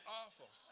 awful